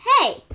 Hey